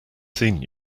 seen